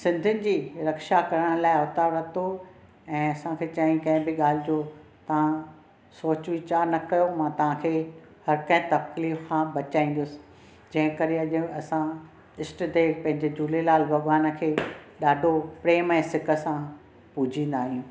सिंधीयुनि जी रक्षा करण लाइ अवतारु वरितो ऐं असांखे चयईं कंहिं बि ॻाल्हि जो तव्हां सोच वीचारु न कयो मां तव्हां खे हर कंहिं तकलीफ़ खां बचाईंदुसि जंहिं करे अॼु असां इष्ट देव पंहिंजे झूलेलाल भॻवान खे ॾाढो प्रेम ऐं सिक सां पूजींदा आहियूं